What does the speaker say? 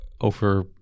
over